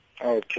Okay